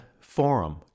forum